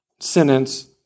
sentence